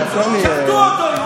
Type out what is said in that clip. וקטלו אותו.